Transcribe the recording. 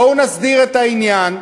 בואו נסדיר את העניין,